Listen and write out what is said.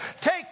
take